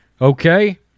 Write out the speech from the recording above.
okay